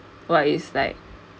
but is like